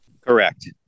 Correct